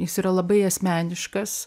jis yra labai asmeniškas